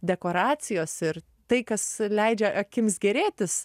dekoracijos ir tai kas leidžia akims gėrėtis